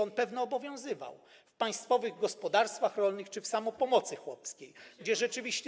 On pewno obowiązywał w państwowych gospodarstwach rolnych czy w „Samopomocy Chłopskiej”, gdzie rzeczywiście.